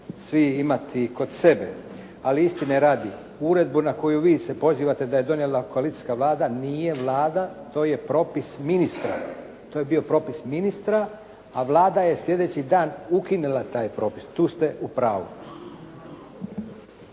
svi imati kod sebe. Ali istine radi, uredbu na koju vi se pozivate da je donijela koalicijska Vlada nije Vlada, to je propis ministra. To je bio propis ministra, a Vlada je sljedeći dan ukinula taj propis. Tu ste u pravu.